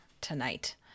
tonight